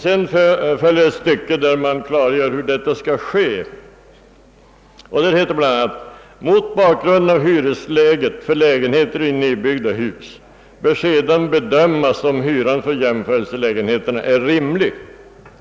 Sedan följer ett stycke där det klargörs hur detta skall ske. Där står bl.a.: »Mot bakgrunden av hyresläget för lägenheterna i nybyggda hus bör sedan bedömas om hyran för jämförelselägenheterna är rimlig» — jag understryker ordet